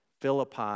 Philippi